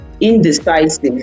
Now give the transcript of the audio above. indecisive